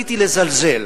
נטיתי לזלזל